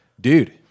Dude